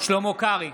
שלמה קרעי,